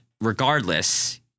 regardless